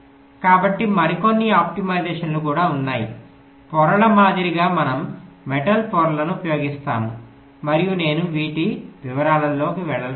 కాబట్టి మరికొన్ని ఆప్టిమైజేషన్లు కూడా ఉన్నాయి పొరల మాదిరిగా మనం మెటల్ పొరలను ఉపయోగిస్తాము మరియు నేను వీటి వివరాలతో వెళ్ళడం లేదు